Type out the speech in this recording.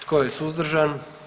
Tko je suzdržan?